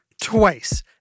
twice